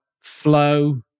flow